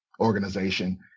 organization